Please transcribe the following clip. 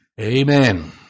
amen